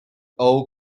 all